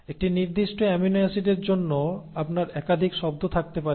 একটি নির্দিষ্ট অ্যামিনো অ্যাসিডের জন্য আপনার একাধিক শব্দ থাকতে পারে